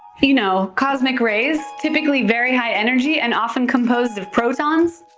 you know, cosmic rays. typically very high-energy and often composed of protons.